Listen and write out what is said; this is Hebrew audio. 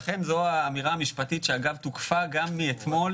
לכן, זו האמירה המשפטית שאגב, תוקפה גם מאתמול